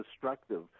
destructive